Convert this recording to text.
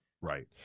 Right